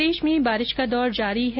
प्रदेश में बारिश का दौर जारी है